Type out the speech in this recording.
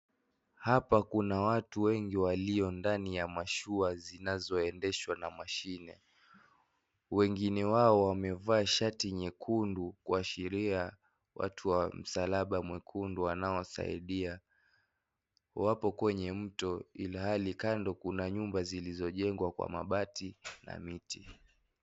Hapa ndani kuna watu wengi waliondani ya mashua yaliyoendeshwa na machine wengine wao wamevaa shati nyekundu kashiria watu wa msalaba mwekundu kwenye mto inhali kando kuna nyumba zilizojengwa kwa mabati na miti.